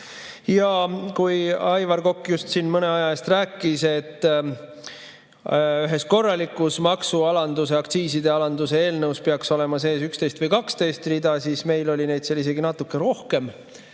Aivar Kokk siin mõne aja eest just rääkis, et ühes korralikus maksualanduse, aktsiiside alanduse eelnõus peaks olema sees 11 või 12 rida, meil oli neid seal isegi natuke rohkem.